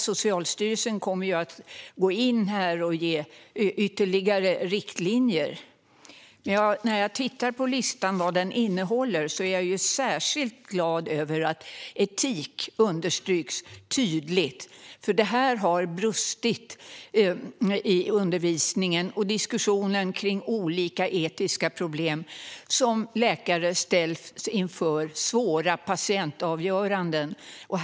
Socialstyrelsen kommer ju att ge ytterligare riktlinjer. När jag tittar på vad listan innehåller är jag särskilt glad över att etik understryks tydligt - detta har brustit i undervisningen - och att den tar upp olika etiska problem och svåra patientavgöranden som läkare ställs inför.